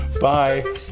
Bye